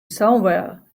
somewhere